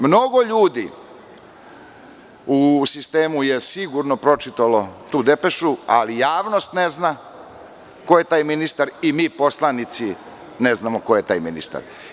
Mnogo ljudi u sistemu je sigurno pročitalo tu depešu, ali javnost ne zna ko je taj ministar, ni mi poslanici ne znamo ko je taj ministar.